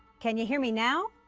can you hear me now?